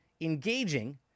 engaging